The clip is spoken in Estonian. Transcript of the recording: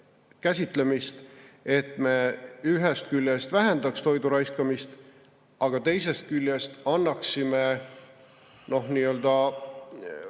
käsitlemist, et me ühest küljest vähendaks toidu raiskamist, aga teisest küljest annaksime riknenud